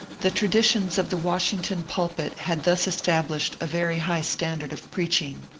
the traditions of the washington pulpit had thus estab lished a very high standard of preaching.